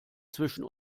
zwischen